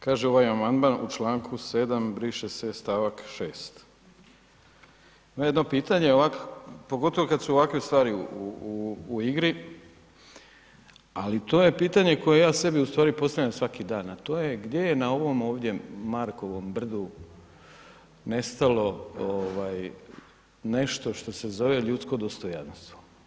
Kaže ovaj amandman u članku 7. briše se stavak 6. Imam jedno pitanje ovak, pogotovo kad su ovakve stvari u igri, ali to je pitanje koje ja sebi u stvari postavljam svaki dan, a to je gdje je na ovom ovdje Markovom brdu nestalo ovaj nešto što se zove ljudsko dostojanstvo.